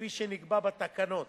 כפי שנקבע בתקנות.